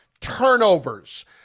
turnovers